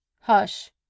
HUSH